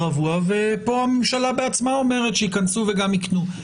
רבועים וכאן הממשלה בצמה אומרת שייכנסו וגם יקנו.